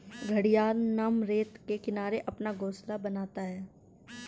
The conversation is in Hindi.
घड़ियाल नम रेत के किनारे अपना घोंसला बनाता है